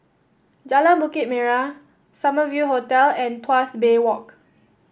Jalan Bukit Merah Summer View Hotel and Tuas Bay Walk